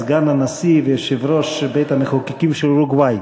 סגן הנשיא ויושב-ראש בית המחוקקים של אורוגוואי.